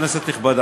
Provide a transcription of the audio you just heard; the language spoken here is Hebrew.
כנסת נכבדה,